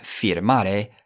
firmare